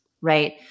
Right